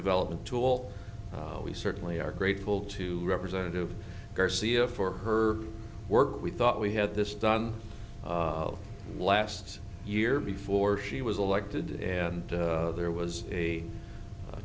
development tool we certainly are grateful to representative garcia for her work we thought we had this done last year before she was elected and there was a